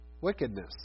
wickedness